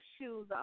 shoes